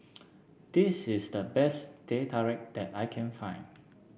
this is the best Teh Tarik that I can find